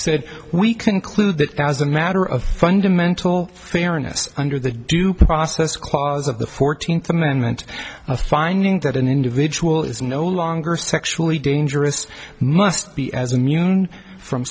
said we conclude that as a matter of fundamental fairness under the due process clause of the fourteenth amendment a finding that an individual is no longer sexually dangerous must be as immune from